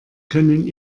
können